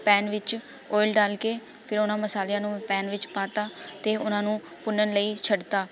PAN ਵਿੱਚ oil ਡਾਲ ਕੇ ਫਿਰ ਉਹਨਾਂ ਮਸਾਲਿਆਂ ਨੂੰ ਪੈਨ ਵਿੱਚ ਪਾ ਦਿੱਤਾ ਅਤੇ ਉਹਨਾਂ ਨੂੰ ਭੁੰਨਣ ਲਈ ਛੱਡਤਾ